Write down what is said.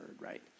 right